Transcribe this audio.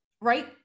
right